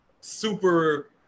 super